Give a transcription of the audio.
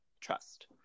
trust